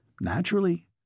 Naturally